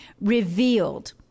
revealed